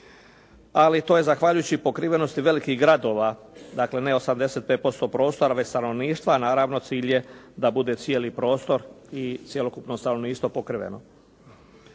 ali to je zahvaljujući pokrivenosti velikih gradova, dakle ne 85% prostora već stanovništva, naravno cilj je da bude cijeli prostor i cjelokupno stanovništvo pokriveno.